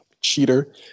Cheater